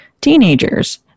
teenagers